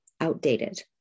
outdated